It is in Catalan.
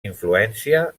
influència